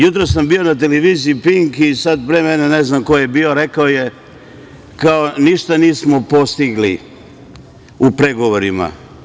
Jutros sam bio na televiziji „Pink“ i sad pre mene ne znam ko je bio rekao je - ništa nismo postigli u pregovorima.